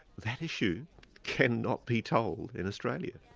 that issue cannot be told in australia.